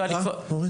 ואתה, אורן?